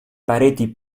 pareti